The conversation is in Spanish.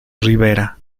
ribera